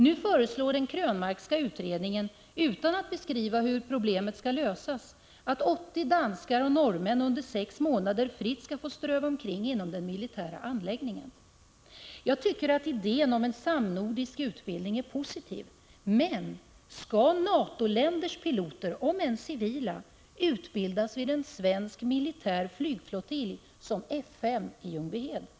Nu föreslår den Krönmarkska utredningen, utan att beskriva hur problemet skall lösas, att 80 danskar och norrmän under sex månader fritt skall få ströva omkring inom den militära anläggningen. Jag tycker att idén om en samnordisk utbildning är positiv, men skall NATO-piloter — om än civila — utbildas vid en svensk militär flygflottilj som F 5i Ljungbyhed? Nej, då ärdet = Prot.